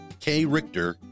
krichter